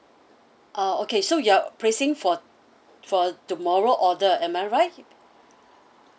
ah okay so you're placing for for tomorrow order am I right